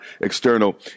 external